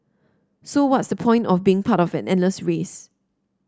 so what's the point of being part of an endless race